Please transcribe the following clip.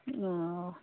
ᱚᱻ